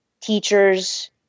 teachers